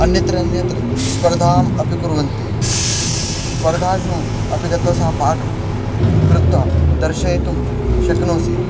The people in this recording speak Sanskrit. अन्यत्र अन्यत्र स्पर्धाम् अपि कुर्वन्ति स्पर्धासु अपि गत्वा सः पाकं कृत्वा दर्शयितुं शक्नोषि